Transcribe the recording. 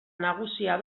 nagusia